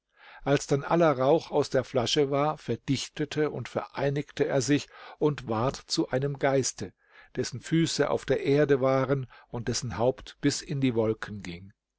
als dann aller rauch aus der flasche war verdichtete und vereinigte er sich und ward zu einem geiste dessen füße auf der erde waren und dessen haupt bis in die wolken ging